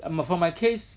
um but for my case